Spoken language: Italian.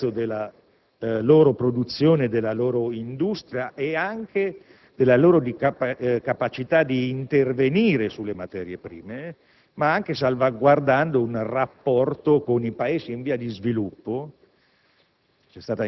un pezzo della loro produzione, della loro industria, della loro capacità di intervenire sulle materie prime insieme al rapporto con i Paesi in via di sviluppo.